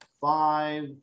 five